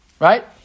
Right